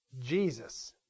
Jesus